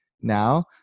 now